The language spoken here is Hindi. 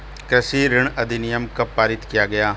कृषि ऋण अधिनियम कब पारित किया गया?